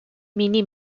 mini